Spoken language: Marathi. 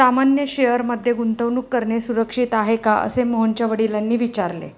सामान्य शेअर मध्ये गुंतवणूक करणे सुरक्षित आहे का, असे मोहनच्या वडिलांनी विचारले